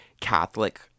Catholic